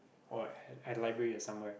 or at at a library or somewhere